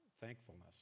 thankfulness